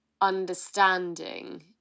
understanding